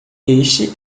este